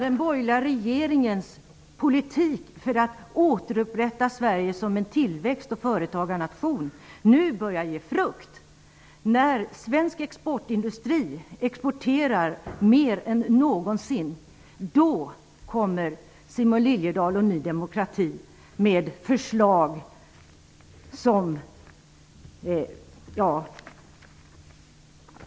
Den borgerliga regeringens politik för att återupprätta Sverige som en tillväxt och företagarnation börjar nu bära frukt. Svensk exportindustri exporterar mer än någonsin. Då lägger Simon Liliedahl och Ny demokrati fram sina förslag.